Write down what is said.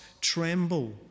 tremble